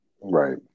Right